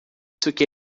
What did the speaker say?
que